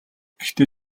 гэхдээ